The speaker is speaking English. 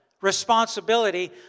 responsibility